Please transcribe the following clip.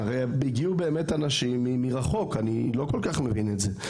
הגיעו אנשים מרחוק, אני לא כל כך מבין את זה.